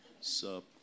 Sup